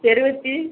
தெருவத்தி